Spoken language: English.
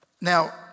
Now